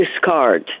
discard